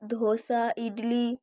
dosa idli